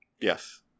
Yes